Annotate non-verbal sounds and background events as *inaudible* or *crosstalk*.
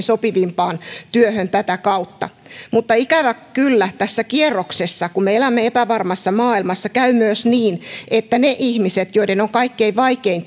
*unintelligible* sopivimpaan työhön tätä kautta mutta ikävä kyllä tässä kierroksessa kun me elämme epävarmassa maailmassa käy myös niin että ne ihmiset joiden on kaikkein vaikein *unintelligible*